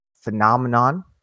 phenomenon